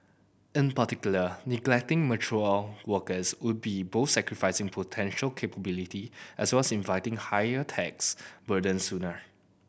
in particular neglecting mature workers would be both sacrificing potential capability as well as inviting higher tax burden sooner